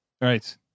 Right